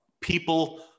people